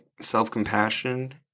self-compassion